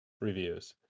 reviews